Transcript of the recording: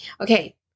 Okay